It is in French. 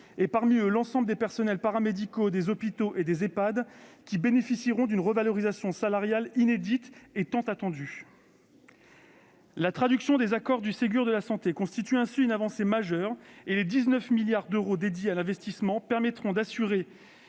et, parmi eux, l'ensemble des personnels paramédicaux des hôpitaux et des Ehpad qui bénéficieront d'une revalorisation salariale inédite et tant attendue. La traduction des accords du Ségur de la santé constitue ainsi une avancée majeure et les 19 milliards d'euros dédiés à l'investissement permettront de s'assurer